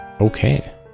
okay